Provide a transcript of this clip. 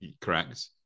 Correct